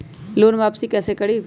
Loan वापसी कैसे करबी?